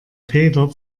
feder